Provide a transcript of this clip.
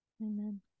Amen